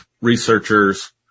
researchers